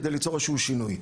כדי ליצור איזשהו שינוי,